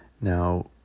Now